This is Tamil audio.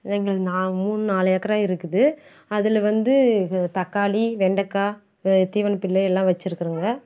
எங்களது நான் மூணு நாலு ஏக்கரா இருக்குது அதில் வந்து தக்காளி வெண்டைக்கா தீவனப்புல்லு எல்லாம் வச்சுருக்குறோங்க